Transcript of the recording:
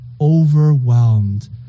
overwhelmed